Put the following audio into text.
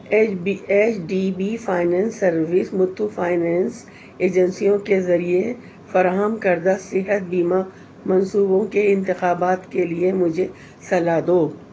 H B H D B finance service Muthoot finance ایجنسیوں کے ذریعے فراہم کردہ صحت بیمہ منصوبوں کے انتخابات کے لیے مجھے صلاح دو